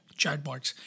chatbots